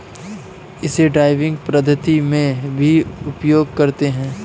इसे ड्राइविंग पद्धति में भी प्रयोग करते हैं